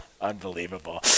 Unbelievable